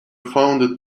founded